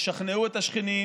תשכנעו את השכנים.